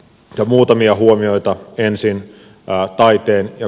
osa muutamia huomioita ensin paattaiteen ja